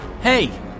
Hey